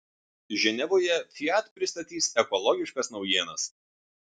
ženevoje fiat pristatys ekologiškas naujienas